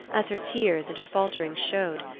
as her tears and her falterings showed,